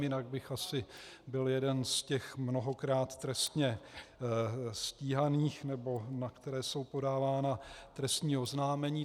Jinak bych asi byl jeden z těch mnohokrát trestně stíhaných, nebo na které jsou podávána trestní oznámení.